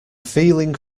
feeling